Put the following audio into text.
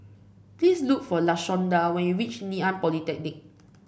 please look for Lashonda when you reach Ngee Ann Polytechnic